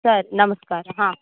ಸರಿ ನಮಸ್ಕಾರ ಹಾಂ